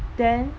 then